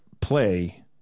play